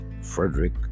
Frederick